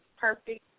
perfect